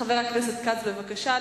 חבר הכנסת כץ, בבקשה.